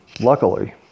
luckily